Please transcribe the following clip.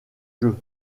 jeu